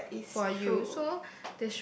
yes that is true